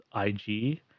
ig